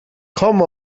come